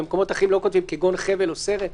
במקומות אחרים לא כותבים "כגון חבל או סרט".